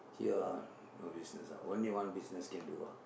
here ah no business ah only one business can do ah